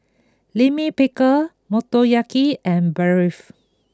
Lime Pickle Motoyaki and Barfi